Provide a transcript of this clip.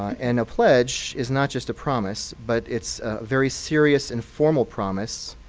and a pledge is not just a promise, but it's very serious and formal promise.